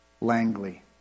Langley